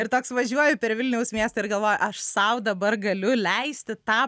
ir toks važiuoju per vilniaus miestą ir galvoju aš sau dabar galiu leisti tą